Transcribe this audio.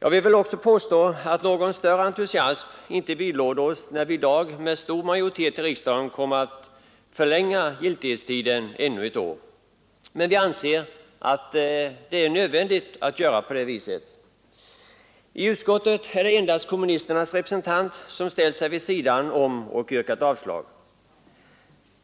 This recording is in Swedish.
Jag vill också påstå att det inte finns någon större entusiasm hos oss när vi i dag, säkerligen med stor majoritet, kommer att förlänga lagens giltighetstid ett år. Men vi anser det vara nödvändigt att göra det. I justitieutskottet är det bara kommunisternas representant som har ställt sig vid sidan om och yrkat avslag på propositionen 55.